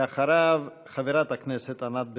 ואחריו, חברת הכנסת ענת ברקו.